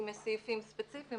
אם יש סעיפים ספציפיים,